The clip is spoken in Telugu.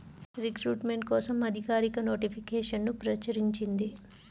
రిక్రూట్మెంట్ కోసం అధికారిక నోటిఫికేషన్ను ప్రచురించింది